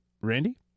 Randy